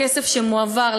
הכסף שמועבר,